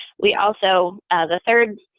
we also the third